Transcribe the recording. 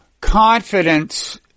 confidence